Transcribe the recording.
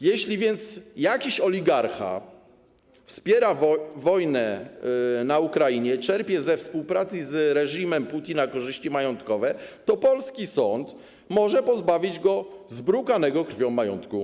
Jeśli więc jakiś oligarcha wspiera wojnę na Ukrainie, czerpie ze współpracy z reżimem Putina korzyści majątkowe, to polski sąd może pozbawić go zbrukanego krwią majątku.